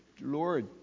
Lord